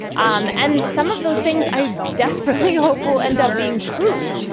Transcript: um and some of those things, i desperately hope will end up being true.